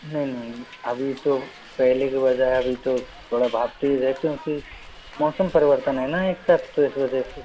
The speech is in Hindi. नहीं नहीं अभी तो पहले के बजाए अभी तो थोड़ा भागते ही रहते है क्योंकि मौसम परिवर्तन है ना एक साथ तो इस वजह से